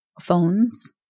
phones